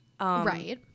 right